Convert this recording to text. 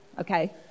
okay